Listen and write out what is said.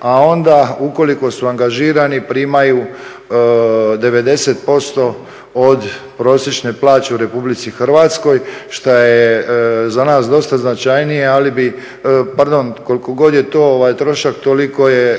a onda ukoliko su angažirani primaju 90% od prosječne plaće u RH šta je za nas dosta značajnije. Pardon, koliko god je to trošak toliko je